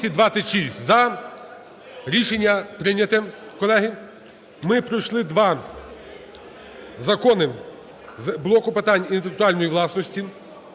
за. Рішення прийнято, колеги. Ми пройшли два закони з блоку питань інтелектуальної власності.